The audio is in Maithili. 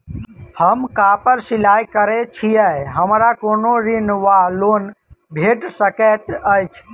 हम कापड़ सिलाई करै छीयै हमरा कोनो ऋण वा लोन भेट सकैत अछि?